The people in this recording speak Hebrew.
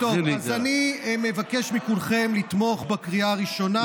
אז אני מבקש מכולכם לתמוך בקריאה הראשונה.